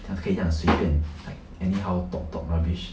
这样子可以这样随便 like anyhow talk talk rubbish